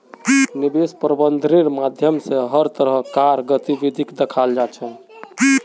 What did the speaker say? निवेश प्रबन्धनेर माध्यम स हर तरह कार गतिविधिक दखाल जा छ